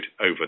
over